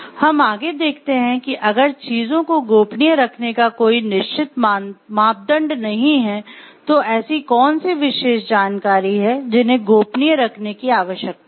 हम आगे देखते है कि अगर चीजों को गोपनीय रखने का कोई निश्चित मापदंड नहीं है तो ऐसी कौन सी विशेष जानकारी हैं जिन्हें गोपनीय रखने की आवश्यकता है